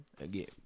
Again